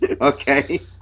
Okay